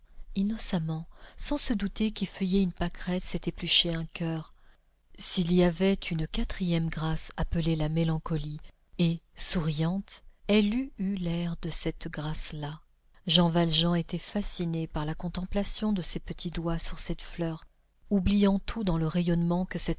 innocemment sans se douter qu'effeuiller une pâquerette c'est éplucher un coeur s'il y avait une quatrième grâce appelée la mélancolie et souriante elle eût eu l'air de cette grâce là jean valjean était fasciné par la contemplation de ces petits doigts sur cette fleur oubliant tout dans le rayonnement que